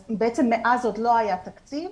בעצם מאז עוד לא היה תקציב,